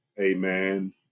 amen